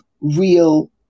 real